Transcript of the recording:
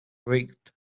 rigged